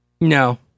No